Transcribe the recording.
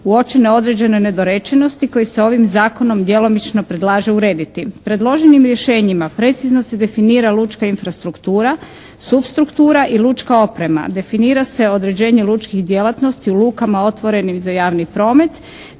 uočene određene nedorečenosti koje se ovim zakonom djelomično predlaže urediti. Predloženim rješenjima precizno se definira lučka infrastruktura, supstruktura i lučka oprema. Definira se određenje lučke djelatnosti u lukama otvorenim za javni promet